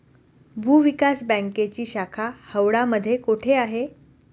भूविकास बँकेची शाखा हावडा मध्ये कोठे आहे?